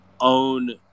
own